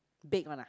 bake one lah